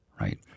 right